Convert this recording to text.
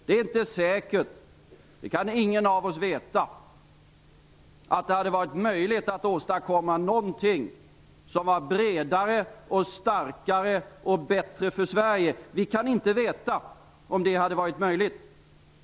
Det är inte säkert - det kan ingen av oss veta - att det hade varit möjligt att åstadkomma någonting som var bredare, starkare och bättre för Sverige. Vi kan inte veta om det hade varit möjligt.